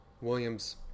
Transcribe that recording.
Williams